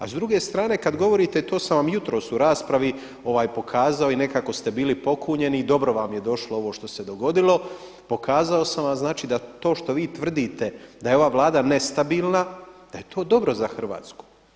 A s druge strane kad govorite i to sam vam jutros u raspravi pokazao i nekako ste bili pokunjeni i dobro vam je došlo ovo što se dogodilo, pokazao sam vam znači da to što vi tvrdite da je ova Vlada nestabilna da je to dobro za Hrvatsku.